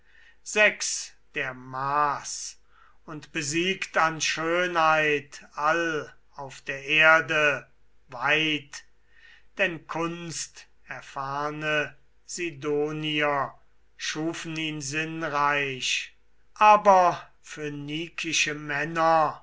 sechs der maß und besiegt an schönheit all auf der erde weit denn kunsterfahrne sidonier schufen ihn sinnreich aber phönikische männer